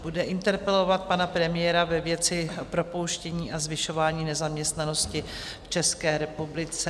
Bude interpelovat pana premiéra ve věci propouštění a zvyšování nezaměstnanosti v České republice.